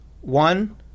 One